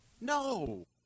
No